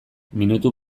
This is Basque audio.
minutu